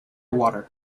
water